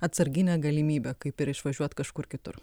atsarginę galimybę kaip ir išvažiuot kažkur kitur